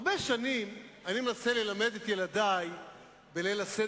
הרבה שנים אני מנסה ללמד את ילדי בליל הסדר,